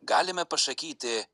galime pasakyti